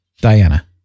Diana